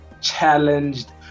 challenged